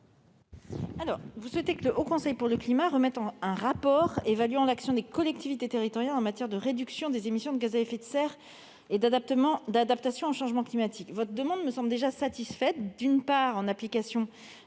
? Vous souhaitez que le Haut Conseil pour le climat remette un rapport évaluant l'action des collectivités territoriales en matière de réduction des émissions de gaz à effet de serre et d'adaptation au changement climatique. Votre demande me semble déjà satisfaite. En application